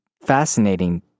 fascinating